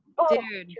Dude